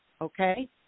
okay